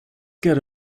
get